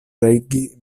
regi